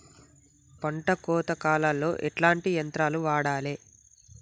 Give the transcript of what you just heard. పంట కోత కాలాల్లో ఎట్లాంటి యంత్రాలు వాడాలే?